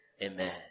Amen